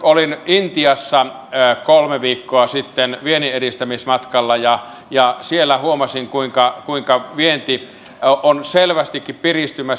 olin intiassa kolme viikkoa sitten vienninedistämismatkalla ja siellä huomasin kuinka vienti on selvästikin piristymässä